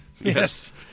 Yes